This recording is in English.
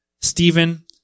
Stephen